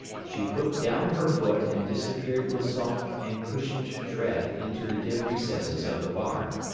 she put down her foot and disappeared with soft and cushioned tread into the dim recesses of the barn.